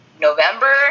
November